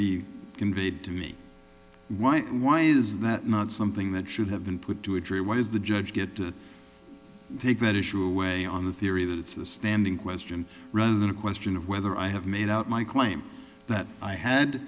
conveyed to me why why is that not something that should have been put to a tree why does the judge get to take that issue away on the theory that it's a standing question rather than a question of whether i have made out my claim that i had